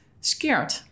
scared